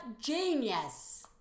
genius